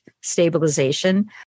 stabilization